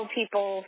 people